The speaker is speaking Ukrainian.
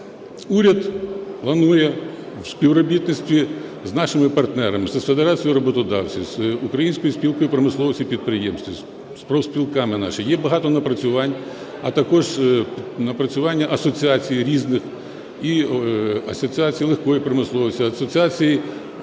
Уряд планує у співробітництві з нашими партнерами, з Федерацією роботодавців, з Українською спілкою промисловців і підприємців, з профспілками нашими, є багато напрацювань, а також напрацювання асоціацією різних і Асоціацією легкої промисловості, Асоціацією